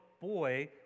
boy